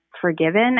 forgiven